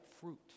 fruit